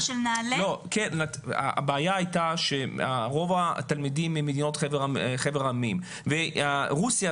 הבעיה הייתה שרוב התלמידים הם ממדינות חבר העמים ורוסיה,